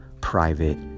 private